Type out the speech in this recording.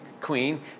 queen